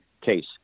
case